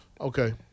Okay